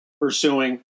pursuing